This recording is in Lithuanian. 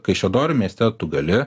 kaišiadorių mieste tu gali